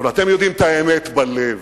אבל אתם יודעים את האמת בלב,